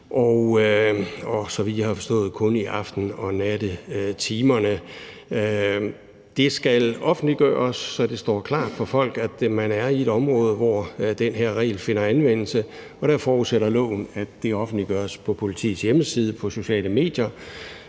og så vidt jeg har forstået kun i aften- og nattetimerne. Det skal offentliggøres, så det står klart for folk, at man er i et område, hvor den her regel finder anvendelse, og der forudsættes det i forhold til lovforslaget, at det offentliggøres på politiets hjemmeside, på sociale medier,